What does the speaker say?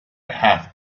have